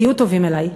תהיו טובים אלי.